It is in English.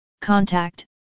contact